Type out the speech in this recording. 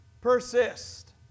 persist